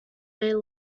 they